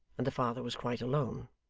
and the father was quite alone.